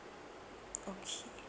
okay